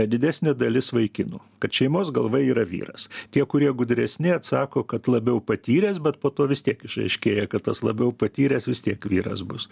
didesnė dalis vaikinų kad šeimos galva yra vyras tie kurie gudresni atsako kad labiau patyręs bet po to vis tiek išaiškėja kad tas labiau patyręs vis tiek vyras bus